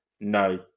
no